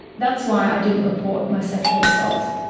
that's why i didn't report my sexual assault.